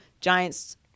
Giants